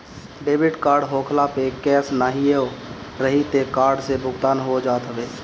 debit card होखला पअ cash नाहियो रही तअ कार्ड से भुगतान हो जात हवे